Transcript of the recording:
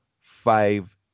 five